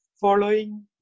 following